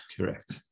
Correct